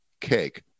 cake